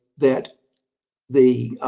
that the